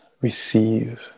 receive